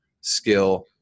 skill